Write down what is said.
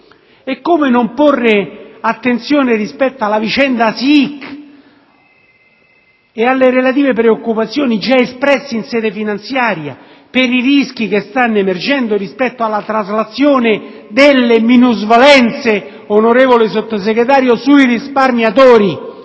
E come non porre attenzione rispetto alla vicenda delle SIIQ e alle relative preoccupazioni già espresse in legge finanziaria per i rischi che stanno emergendo rispetto alla traslazione delle minusvalenze, onorevole Sottosegretario, sui risparmiatori,